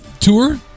tour